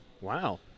Wow